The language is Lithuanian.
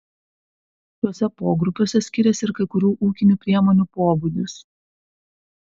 šiuose pogrupiuose skiriasi ir kai kurių ūkinių priemonių pobūdis